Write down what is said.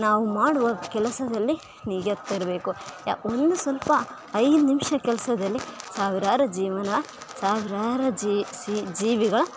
ನಾವು ಮಾಡುವ ಕೆಲಸದಲ್ಲಿ ನಿಯತ್ತಿರಬೇಕು ಒಂದು ಸ್ವಲ್ಪ ಐದು ನಿಮಿಷ ಕೆಲಸದಲ್ಲಿ ಸಾವಿರಾರು ಜೀವನ ಸಾವಿರಾರು ಜೀವಿಗಳ